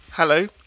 Hello